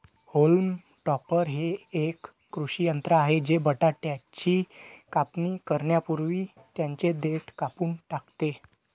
haulm topper हे एक कृषी यंत्र आहे जे बटाट्याची कापणी करण्यापूर्वी त्यांची देठ कापून टाकते